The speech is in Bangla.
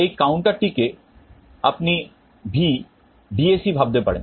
এই counterটি কে আপনি VDAC ভাবতে পারেন